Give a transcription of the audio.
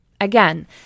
Again